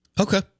Okay